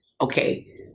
Okay